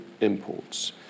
imports